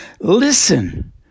listen